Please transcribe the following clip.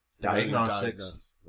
diagnostics